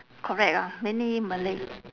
correct lah mainly malay